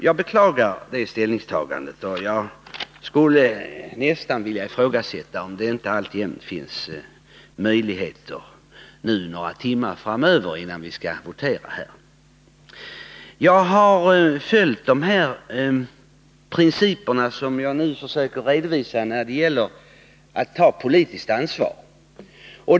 Jag beklagar det ställningstagandet. Jag frågar mig om det 83 inte alltjämt finns möjligheter till en ändring härvidlag, nu några timmar framåt, innan vi voterar. När det gäller att ta politiskt ansvar har jag följt vissa principer, som jag nu skall redovisa.